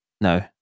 no